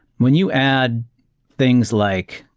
when you add things like,